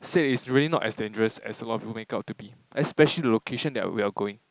say it's really not as dangerous as a lot of people make out to be especially the location that we are going